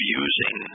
using